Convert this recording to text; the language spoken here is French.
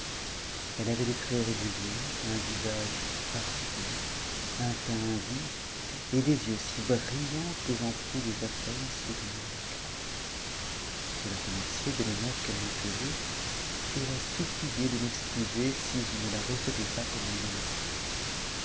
elle avait des traits réguliers un visage parfait un teint vif et des yeux si brillants que j'en pouvais à peine soutenir l'éclat je la remerciai de l'honneur qu'elle me faisait et la suppliai de m'excuser si je ne la recevais pas comme elle le méritait